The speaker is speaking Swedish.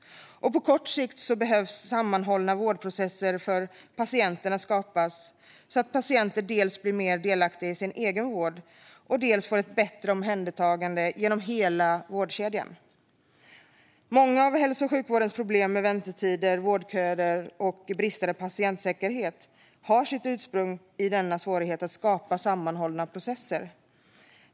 På kort sikt behöver man skapa sammanhållna vårdprocesser för patienterna så att patienter dels blir mer delaktiga i sin egen vård, dels får ett bättre omhändertagande genom hela vårdkedjan. Många av hälso och sjukvårdens problem med väntetider, vårdköer och bristande patientsäkerhet har sitt ursprung i denna svårighet att skapa sammanhållna processer.